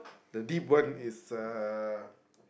the deep one is uh